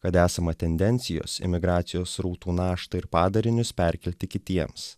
kad esama tendencijos emigracijos srautų naštą ir padarinius perkelti kitiems